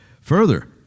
Further